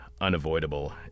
unavoidable